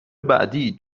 بعدی